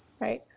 right